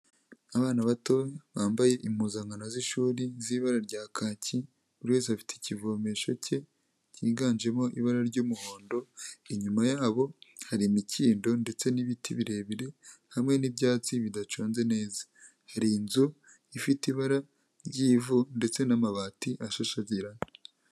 Abana bato bambaye impuzankano z'ishuri zibara rya kaki buri wese afite ikivomesho cye cyiganjemo ibara ry'umuhondo, inyuma yabo hari imikindo ndetse n'ibiti birebire hamwe n'ibyatsi bidaconze neza hari inzu ifite ibara ry'ivu ndetse n'amabati ashashagirana.